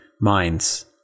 minds